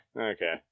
okay